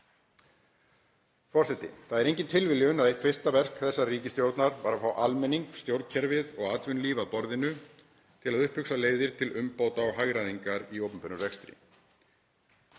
Forseti. Það er engin tilviljun að eitt fyrsta verk þessarar ríkisstjórnar var að fá almenning, stjórnkerfið og atvinnulíf að borðinu til að upphugsa leiðir til umbóta og hagræðingar í opinberum rekstri.